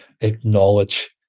acknowledge